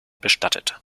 bestattet